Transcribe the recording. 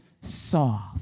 soft